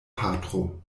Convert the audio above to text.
patro